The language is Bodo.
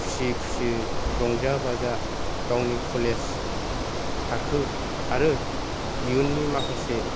खुसि खुसियै रंजा बाजा गावनि कलेज थाखो आरो इयुननि माखासे